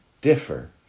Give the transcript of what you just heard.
differ